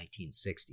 1960